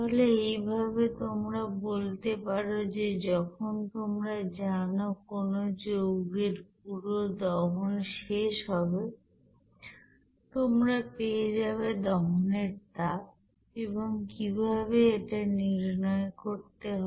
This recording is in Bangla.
তাহলে এইভাবে তোমরা বলতে পারো যে যখন তোমরা জানো কোন যৌগের পুরো দহন শেষ হবে তোমরা পেয়ে যাবে দহনের তাপ এবং কিভাবে এটা নির্ণয় করতে হয়